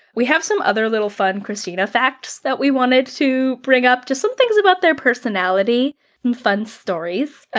we have some other little fun kristina facts that we wanted to bring up. just some things about their personality and fun stories.